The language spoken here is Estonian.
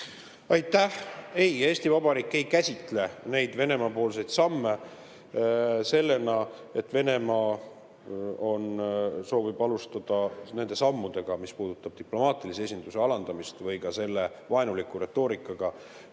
Aitäh! Ei, Eesti Vabariik ei käsitle neid Venemaa samme sellena, et Venemaa soovib alustada nende sammudega, mis puudutavad diplomaatilise esinduse alandamist või ka seda vaenulikku retoorikat,